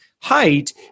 height